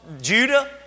Judah